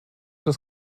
das